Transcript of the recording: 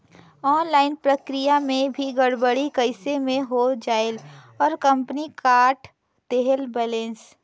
Online प्रक्रिया मे भी गड़बड़ी कइसे मे हो जायेल और कंपनी काट देहेल बैलेंस?